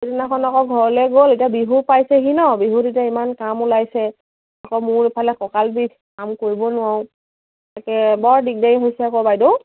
সেইদিনাখন আকৌ ঘৰলৈ গ'ল এতিয়া বিহু পাইছেহি ন বিহুত এতিয়া ইমান কাম ওলাইছে আকৌ মোৰ এইফালে কঁকাল বিষ কাম কৰিব নোৱাৰো তাকে বৰ দিগদাৰী হৈছে আকৌ বাইদেউ